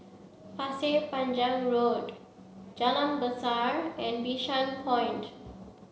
Pasir Panjang Road Jalan Besar and Bishan Point